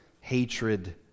hatred